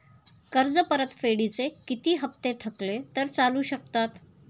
कर्ज परतफेडीचे किती हप्ते थकले तर चालू शकतात?